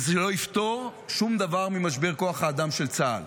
זה לא יפתור שום דבר ממשבר כוח האדם של צה"ל.